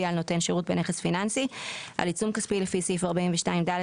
על נותן שירות בנכס פיננסי": על עיצום כספי לפי סעיף 42(ד)